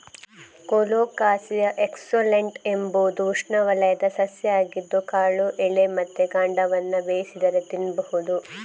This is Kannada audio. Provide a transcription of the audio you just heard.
ಕೊಲೊಕಾಸಿಯಾ ಎಸ್ಕುಲೆಂಟಾ ಎಂಬುದು ಉಷ್ಣವಲಯದ ಸಸ್ಯ ಆಗಿದ್ದು ಕಾಳು, ಎಲೆ ಮತ್ತೆ ಕಾಂಡವನ್ನ ಬೇಯಿಸಿದರೆ ತಿನ್ಬಹುದು